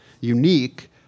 unique